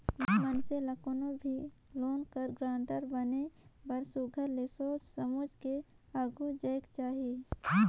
मइनसे ल कोनो भी लोन कर गारंटर बने बर सुग्घर ले सोंएच समुझ के आघु आएक चाही